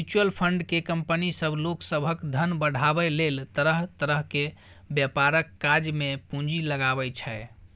mutual fund केँ company सब लोक सभक धन बढ़ाबै लेल तरह तरह के व्यापारक काज मे पूंजी लगाबै छै